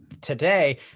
today